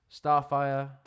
Starfire